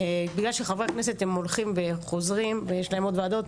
בגלל שחברי הכנסת הם הולכים וחוזרים ויש להם עוד וועדות,